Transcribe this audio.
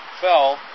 fell